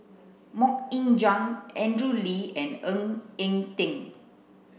Mok Ying Jang Andrew Lee and Ng Eng Teng